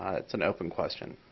ah it's an open question.